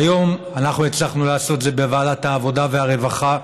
היום אנחנו הצלחנו לעשות את זה בוועדת העבודה והרווחה.